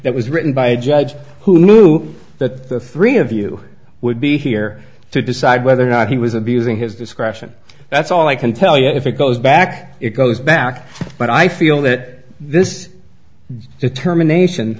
that was written by a judge who knew that the three of you would be here to decide whether or not he was abusing his discretion that's all i can tell you if it goes back it goes back but i feel that this determination